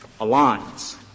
aligns